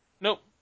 Nope